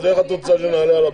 אז איך את רוצה שנעלה על הבעיות?